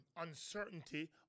uncertainty